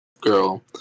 girl